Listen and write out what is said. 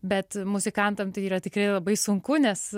bet muzikantam tai yra tikrai labai sunku nes